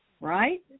right